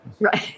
Right